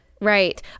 Right